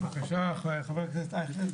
בבקשה, חבר הכנסת אייכלר.